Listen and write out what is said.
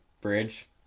Bridge